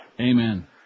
Amen